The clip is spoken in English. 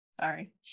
Sorry